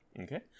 Okay